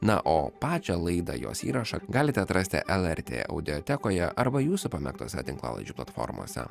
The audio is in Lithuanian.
na o pačią laidą jos įrašą galite atrasti lrt audiotekoj arba jūsų pamėgtose tinklalaidžių platformose